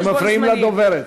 אתם מפריעים לדוברת.